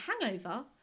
Hangover